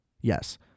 Yes